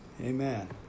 amen